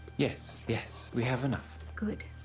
yes, yes, we have enough. good,